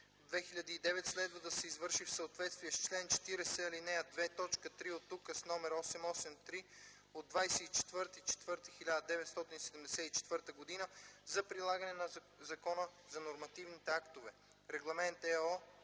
1007/2009 следва да се извърши в съответствие с чл. 40, ал. 2, т. 3 от Указ № 883 от 24.04.1974 г. за прилагане на Закона за нормативните актове: